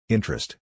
Interest